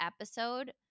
episode